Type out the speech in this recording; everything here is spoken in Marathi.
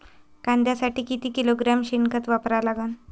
कांद्यासाठी किती किलोग्रॅम शेनखत वापरा लागन?